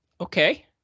Okay